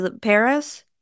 Paris